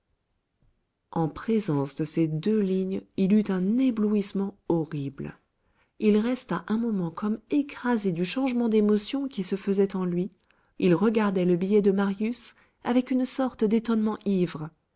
en présence de ces deux lignes il eut un éblouissement horrible il resta un moment comme écrasé du changement d'émotion qui se faisait en lui il regardait le billet de marius avec une sorte d'étonnement ivre